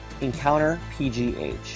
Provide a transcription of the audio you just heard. EncounterPGH